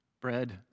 bread